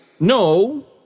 No